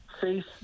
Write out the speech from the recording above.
face